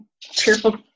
cheerful